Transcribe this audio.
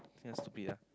he has to be lah